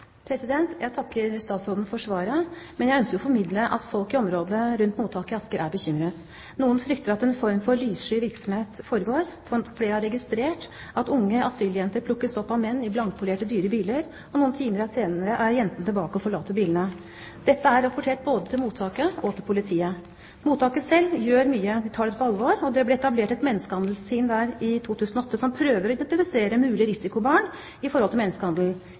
Jeg takker statsråden for svaret, men jeg ønsker jo å formidle at folk i området rundt mottaket i Asker er bekymret. Noen frykter at det foregår en form for lyssky virksomhet. Flere har registrert at unge asyljenter plukkes opp av menn i blankpolerte, dyre biler, og noen timer senere er jentene tilbake og forlater bilene. Dette er rapportert både til mottaket og til politiet. Mottaket selv gjør mye. De tar dette på alvor, og det ble etablert et menneskehandelsteam der i 2008, som prøver å identifisere mulige risikobarn i forhold til menneskehandel.